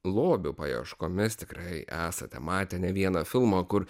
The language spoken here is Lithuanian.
lobių paieškomis tikrai esate matę ne vieną filmą kur